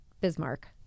Bismarck